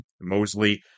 Mosley